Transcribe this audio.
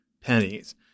pennies